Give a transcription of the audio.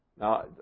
Now